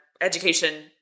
education